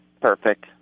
perfect